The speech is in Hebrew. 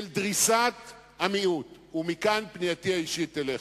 של דריסת המיעוט, ומכאן פנייתי האישית אליך.